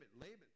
Laban